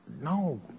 no